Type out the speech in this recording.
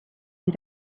you